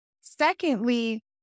Secondly